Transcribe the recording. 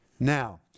Now